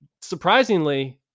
surprisingly